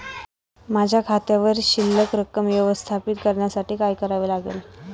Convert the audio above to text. माझ्या खात्यावर शिल्लक रक्कम व्यवस्थापित करण्यासाठी काय करावे लागेल?